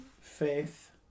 faith